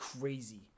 crazy